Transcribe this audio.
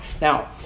Now